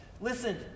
listen